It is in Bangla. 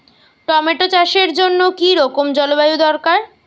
টমেটো চাষের জন্য কি রকম জলবায়ু দরকার?